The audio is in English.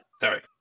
Sorry